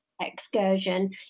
excursion